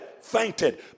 fainted